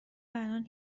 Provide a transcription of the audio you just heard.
الان